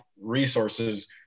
resources